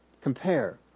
compare